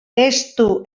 estu